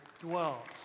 dwells